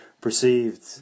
perceived